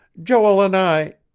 joel and i.